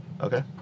Okay